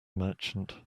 merchant